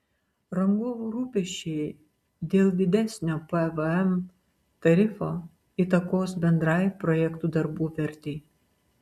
rangovų rūpesčiai dėl didesnio pvm tarifo įtakos bendrai projektų darbų vertei